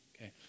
okay